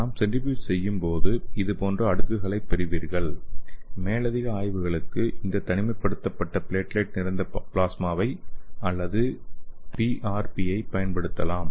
நாம் சென்ட்ரிஃப்யூஜ் செய்யும் போது இது போன்ற அடுக்குகளைப் பெறுவீர்கள் மேலதிக ஆய்வுகளுக்கு இந்த தனிமைப்படுத்தப்பட்ட பிளேட்லெட் நிறைந்த பிளாஸ்மாவை அதாவது பிஆர்பி ஐ பயன்படுத்தலாம்